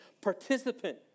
participant